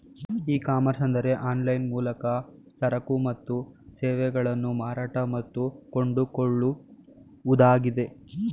E commerce ಅಂದರೆ online ಮೂಲಕ ಸರಕು ಮತ್ತು ಸೇವೆಗಳನ್ನು ಮಾರಾಟ ಮತ್ತು ಕೊಂಡುಕೊಳ್ಳುವುದಾಗಿದೆ